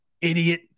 idiot